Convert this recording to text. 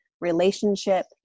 relationship